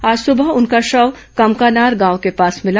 आज सुबह उनका शव कमकानार गांव के पास मिला